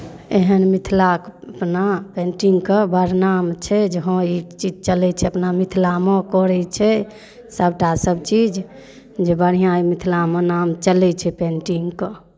एहन मिथिलाक अपना पेन्टिंगके बड़ नाम छै जे हँ ई चीज चलै छै अपना मिथिलामे करै छै सभटा सभचीज जे बढ़िआँ मिथिलामे नाम चलै छै पेन्टिंगके